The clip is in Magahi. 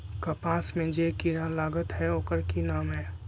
कपास में जे किरा लागत है ओकर कि नाम है?